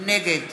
נגד